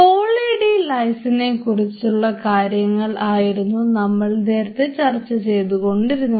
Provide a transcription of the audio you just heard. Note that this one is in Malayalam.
പോളി ഡി ലൈസിനെക്കുറിച്ചുള്ള കാര്യങ്ങളായിരുന്നു നമ്മൾ നേരത്തെ ചർച്ച ചെയ്തു കൊണ്ടിരുന്നത്